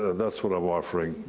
that's what i'm offering,